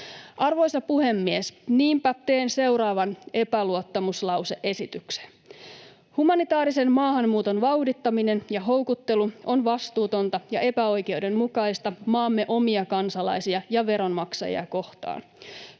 Arvoisa puhemies! Niinpä teen seuraavan epäluottamuslause-esityksen: ”Humanitaarisen maahanmuuton vauhdittaminen ja houkuttelu on vastuutonta ja epäoikeudenmukaista maamme omia kansalaisia ja veronmaksajia kohtaan.